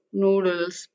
noodles